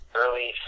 early